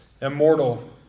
immortal